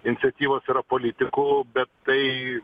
iniciatyvos yra politikų bet tai